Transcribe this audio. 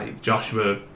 Joshua